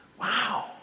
Wow